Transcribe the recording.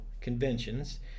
conventions